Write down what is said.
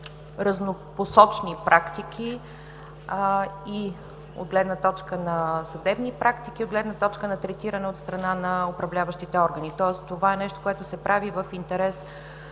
разнопосочни практики и от гледна точка на съдебни практики, и от гледна точка на третиране от страна на управляващите органи. Тоест, това е нещо, което се прави в интерес